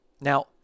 Now